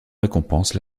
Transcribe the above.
récompense